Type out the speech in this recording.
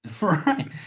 Right